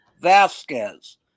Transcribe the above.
Vasquez